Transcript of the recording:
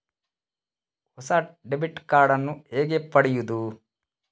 ಹೊಸ debit card ನ್ನು ಹೇಗೆ ಪಡೆಯುದು?